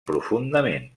profundament